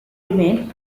remained